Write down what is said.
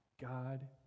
God